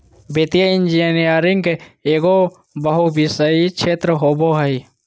वित्तीय इंजीनियरिंग एगो बहुविषयी क्षेत्र होबो हइ